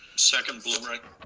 second, blumreich.